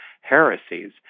heresies